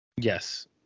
Yes